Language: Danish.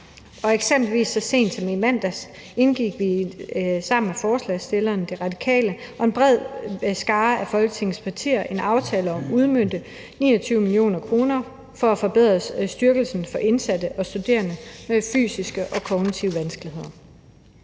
og kanter. Så sent som i mandags indgik vi eksempelvis sammen med forslagsstillerne, De Radikale, og en bred skare af Folketingets partier en aftale om at udmønte 29 mio. kr. for at forbedre indsatsen for indsatte og studerende med fysiske og kognitive vanskeligheder.